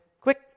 quick